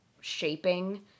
shaping